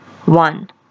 One